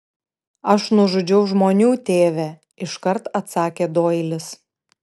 aš nužudžiau žmonių tėve iškart atsakė doilis